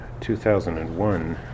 2001